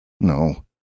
No